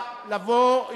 לבוא.